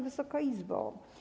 Wysoka Izbo!